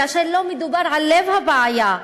ולא מדובר על לב הבעיה.